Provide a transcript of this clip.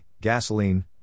gasoline